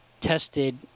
tested